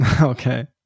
Okay